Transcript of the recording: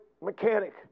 mechanic